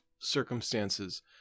circumstances